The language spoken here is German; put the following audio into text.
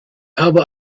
aber